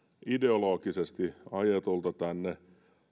ideologisesti ajetulta tänne